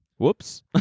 Whoops